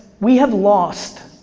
we have lost.